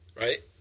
right